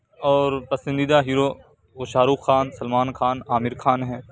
اور پسندیدہ ہیرو وہ شاہ رُخ خان سلمان خان عامر خان ہیں